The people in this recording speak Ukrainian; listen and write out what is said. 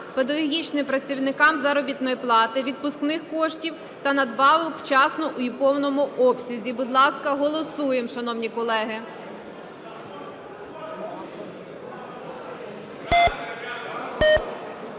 педагогічним працівникам заробітної плати, відпускних коштів та надбавок вчасно й у повному обсязі. Будь ласка, голосуємо, шановні колеги.